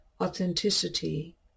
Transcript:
authenticity